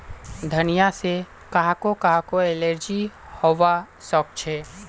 धनिया से काहको काहको एलर्जी हावा सकअछे